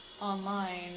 online